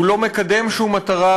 הוא לא מקדם שום מטרה,